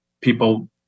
people